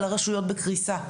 אבל הרשויות בקריסה,